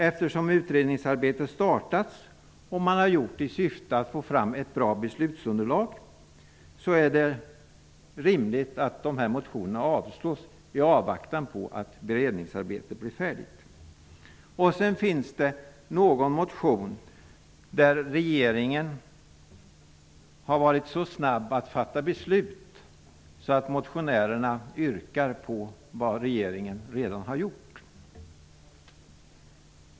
Eftersom utredningsarbetet startats i syfte att få fram ett bra beslutsunderlag, är det rimligt att motionerna avstyrks i avvaktan på att beredningsarbetet blir färdigt. 5. Motioner om frågor där regeringen har varit så snabb att fatta beslut att motionärerna yrkar på något som regeringen redan har gjort.